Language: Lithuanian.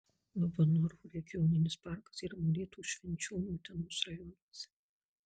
labanoro regioninis parkas yra molėtų švenčionių utenos rajonuose